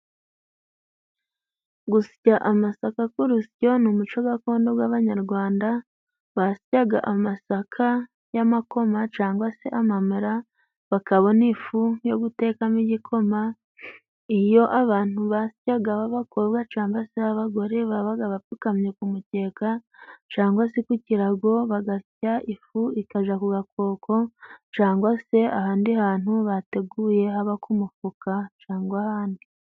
Gusya amasaka ku rusyo ni umuco gakondo gw'Abanyarwanda. Basyaga amasaka y'amakoma cangwa se amamera, bakabona ifu yo gutekamo igikoma. Iyo abantu basyaga b'abakobwa cangwa se b'abagore babaga bapfukamye ku mukeka cangwa se ku karago. Bagasya ifu ikaja ku gakoko, cangwa se ahandi hantu bateguye haba ku mufuka cangwa ahandi.